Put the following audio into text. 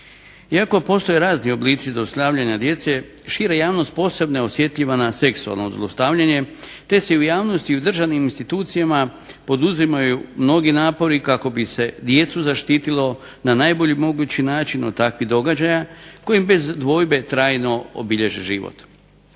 Iako postoje razni oblici zlostavljanja djece šira javnost posebno je osjetljiva na seksualno zlostavljanje, te se u javnosti i u državnim institucijama poduzimaju mnogi napori kako bi se djecu zaštitilo na najbolji mogući način od takvih događaja koji bez dvojbe trajno obilježe život.